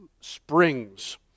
springs